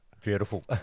beautiful